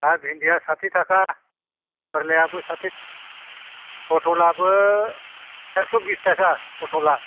दा भिनदि आ साटि थाखा फोरला आबो साथि थाखा फथल आबो एकस' बिसा थाखा फथला